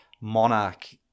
monarch